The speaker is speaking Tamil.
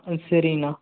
ஆ சரிங்கண்ணா